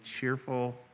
cheerful